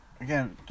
again